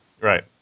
right